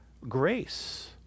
grace